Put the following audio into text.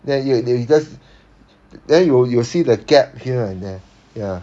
then you you just then you you will see the gap here and there ya